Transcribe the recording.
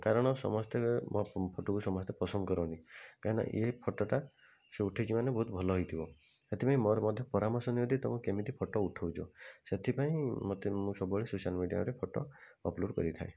କାରଣ ସମସ୍ତେ ମୋର ଫଟୋକୁ ସମସ୍ତେ ପସନ୍ଦ କରନ୍ତି କାହିଁକିନା ଏ ଫଟୋଟା ସିଏ ଉଠାଇଛି ମାନେ ବହୁତ ଭଲ ହେଇଥିବ ସେଥିପାଇଁ ମୋର ମଧ୍ୟ ପରାମର୍ଶ ନିଅନ୍ତି କେମିତି ତୁମେ କେମିତି ଫଟୋ ଉଠାଉଛ ସେଥିପାଇଁ ମୋତେ ମୁଁ ସବୁବେଳେ ସୋସିଆଲ୍ ମିଡ଼ିଆରେ ଫଟୋ ଅପ୍ଲୋଡ଼୍ କରିଥାଏ